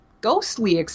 ghostly